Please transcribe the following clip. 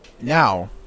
Now